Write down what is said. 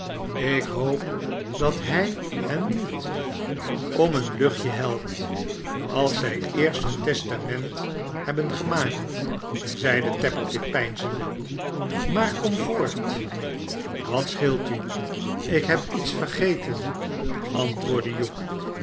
ik hoop dat hij hen niet om een luchtje helpt als zij eerst hun testament hebben gemaakt zeide tappertit peinzende maar kom voort wat scheelt u slk heb iets vergeten antwoordde